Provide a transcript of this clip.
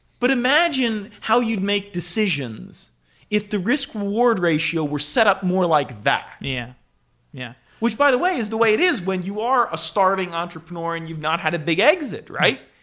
but imagine how you'd make decisions if the risk reward ratio were set up more like that? yeah yeah which by the way is the way it is when you are a starting entrepreneur and you've not had a big exit, right?